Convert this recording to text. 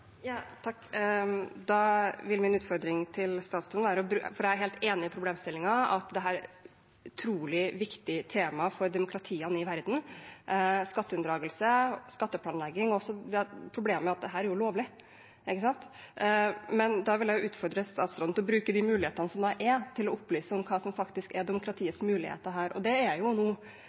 Jeg er helt enig i problemstillingen, at dette er et utrolig viktig tema for demokratiene i verden – skatteunndragelse, skatteplanlegging og også det problemet at dette er lovlig. Men da vil jeg utfordre statsråden til å bruke de mulighetene som finnes, til å opplyse om hva som er demokratiets muligheter. Det er nå – når det gjelder vindkraftdebatten der oppmerksomheten er